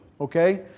Okay